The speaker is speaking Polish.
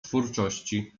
twórczości